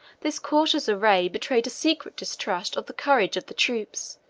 this cautious array betrayed a secret distrust of the courage of the troops,